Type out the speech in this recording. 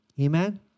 Amen